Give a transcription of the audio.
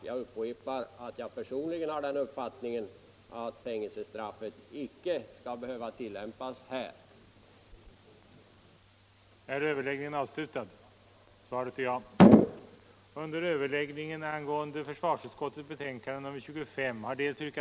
Jag upprepar att jag personligen har den uppfattningen att fängelsestraff inte bör tillämpas i det här fallet.